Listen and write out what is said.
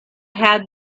had